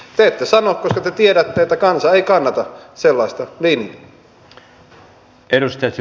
te ette sano koska te tiedätte että kansa ei kannata sellaista linjaa